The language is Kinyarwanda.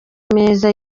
meza